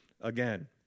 again